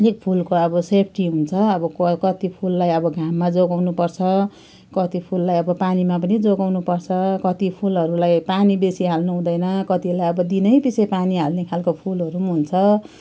अलिक फुलको अब सेफ्टी हुन्छ अब क कति फुललाई अब घाममा जोगाउनु पर्छ कति फुललाई अब पानीमा पनि जोगाउनु पर्छ कति फुलहरूलाई पानी बेसी हाल्नु हुँदैन कतिलाई अब दिनै पछि पानी हाल्ने खाले फुलहरू हुन्छ